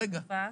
הרגע.